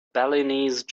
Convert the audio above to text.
balinese